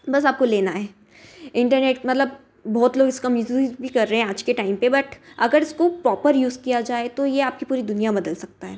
बस आपको लेना है इंटरनेट मतलब बहुत लोग इसका मिसयूज भी कर रहे हैं आज के टाइम पर बट अगर इसको प्रोपर यूज किया जाए तो यह आपकी पूरी दुनिया बदल सकता है